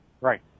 Right